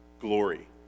glory